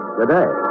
today